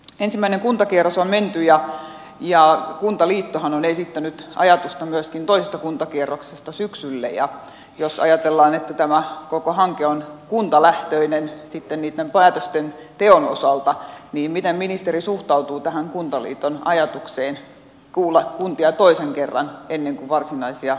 ensimmäinen kuntakierros on menty ja kuntaliittohan on esittänyt ajatusta myöskin toisesta kuntakierroksesta syksylle ja jos ajatellaan että tämä koko hanke on kuntalähtöinen sitten niitten päätösten teon osalta niin miten ministeri suhtautuu tähän kuntaliiton ajatukseen kuulla kuntia toisen kerran ennen kuin varsinaisia esityksiä tehdään